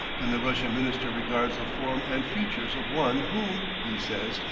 than the russian minister regards the form and features of one whom, he says,